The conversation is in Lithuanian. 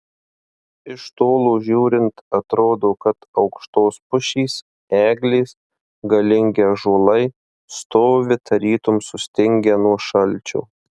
iš tolo žiūrint atrodo kad aukštos pušys eglės galingi ąžuolai stovi tarytum sustingę nuo šalčio